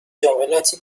جملاتی